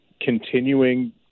continuing